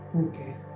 Okay